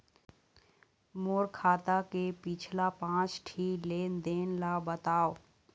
मोर खाता के पिछला पांच ठी लेन देन ला बताव?